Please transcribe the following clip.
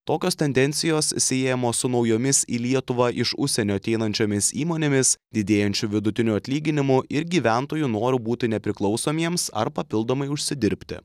tokios tendencijos siejamos su naujomis į lietuvą iš užsienio ateinančiomis įmonėmis didėjančiu vidutiniu atlyginimu ir gyventojų noru būti nepriklausomiems ar papildomai užsidirbti